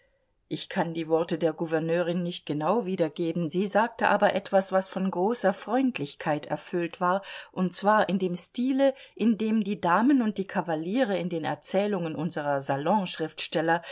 ich kann die worte der gouverneurin nicht genau wiedergeben sie sagte aber etwas was von großer freundlichkeit erfüllt war und zwar in dem stile in dem die damen und die kavaliere in den erzählungen unserer